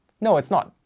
no it's not.